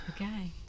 Okay